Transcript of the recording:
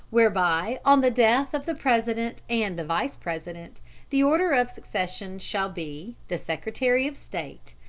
whereby on the death of the president and the vice-president the order of succession shall be the secretary of state,